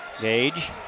Gage